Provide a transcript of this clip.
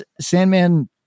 Sandman